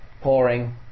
pouring